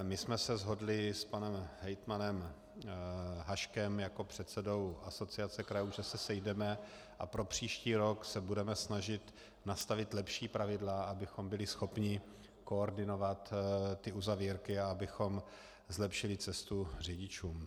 My jsme se shodli s panem hejtmanem Haškem jako předsedou Asociace krajů, že se sejdeme a pro příští rok se budeme snažit nastavit lepší pravidla, abychom byli schopni koordinovat uzavírky a abychom zlepšili cestu řidičům.